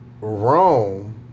Rome